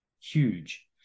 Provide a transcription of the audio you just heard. huge